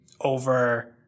over